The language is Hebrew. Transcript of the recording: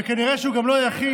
וכנראה שהוא גם לא היחיד,